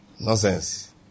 Nonsense